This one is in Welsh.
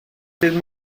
ddydd